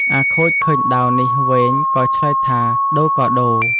អាខូចឃើញដាវនេះវែង ក៏ឆ្លើយថា “ដូរក៏ដូរ ”។